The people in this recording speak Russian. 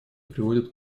приводят